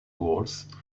words